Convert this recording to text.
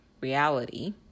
reality